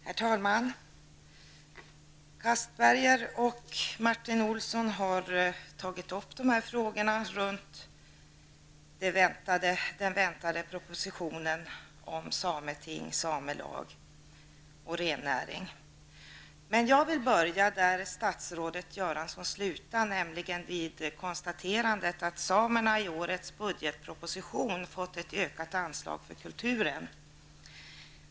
Herr talman! Anders Castberger och Martin Olsson har tagit upp frågor som rör den väntade propositionen om ett sameting och en samelag och om rennäringen. Jag vill börja där statsrådet Göransson slutade, nämligen vid konstaterandet att samerna i årets budgetproposition har fått ett ökat anslag för kulturen.